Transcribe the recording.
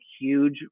huge